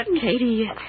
Katie